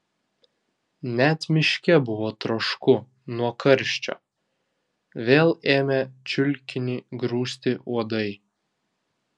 net miške buvo trošku nuo karščio vėl ėmė čiulkinį grūsti uodai